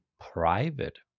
private